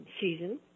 season